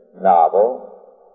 novel